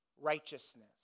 righteousness